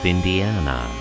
Indiana